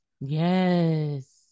Yes